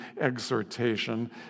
exhortation